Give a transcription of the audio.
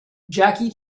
jackie